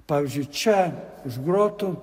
pavyzdžiui čia už grotų